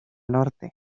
norte